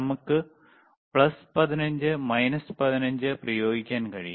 നമ്മൾക്ക് plus 15 minus 15 പ്രയോഗിക്കാൻ കഴിയും